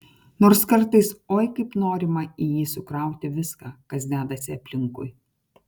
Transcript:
nors kartais oi kaip norima į jį sukrauti viską kas dedasi aplinkui